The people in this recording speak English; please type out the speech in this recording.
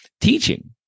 teaching